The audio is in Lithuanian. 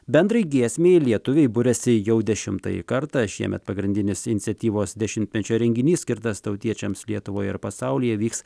bendrai giesmei lietuviai buriasi jau dešimtąjį kartą šiemet pagrindinis iniciatyvos dešimtmečio renginys skirtas tautiečiams lietuvoje ir pasaulyje vyks